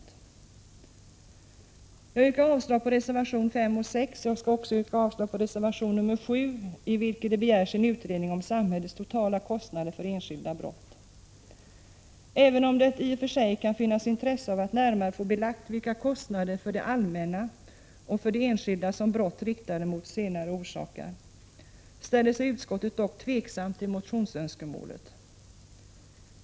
Jag yrkar avslag på reservationerna 5 och 6. Jag yrkar också avslag på reservation 7, i vilken det begärs en utredning om samhällets totala kostnader för enskilda brott. Även om det i och för sig kan finnas intresse av att närmare få belagt vilka kostnader för det allmänna och för de enskilda som brott riktade mot de senare orsakar, ställer sig utskottet dock tveksamt till motionsönskemålet.